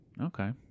Okay